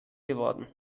geworden